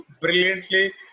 brilliantly